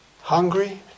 Hungry